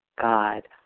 God